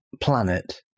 planet